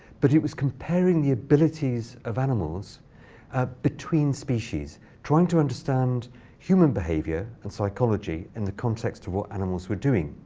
but it was comparing the abilities of animals ah between species trying to understand human behavior and psychology in the context of what animals were doing.